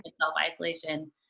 self-isolation